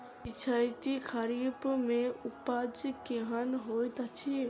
पिछैती खरीफ मे उपज केहन होइत अछि?